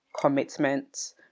commitment